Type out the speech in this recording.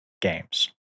games